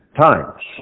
times